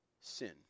sin